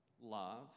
love